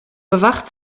bewacht